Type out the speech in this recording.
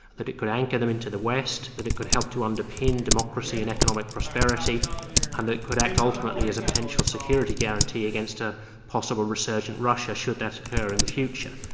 that it could anchor them into the west, that it could help to underpin democracy and economic prosperity and it could act ultimately as a potential security guarantee against a possible resurgent russia should that occur in the future.